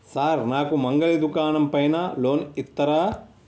Sir నాకు మంగలి దుకాణం పైన లోన్ ఇత్తరా?